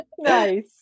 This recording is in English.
nice